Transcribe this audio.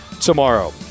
tomorrow